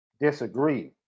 disagree